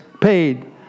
paid